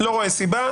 לא רואה סיבה.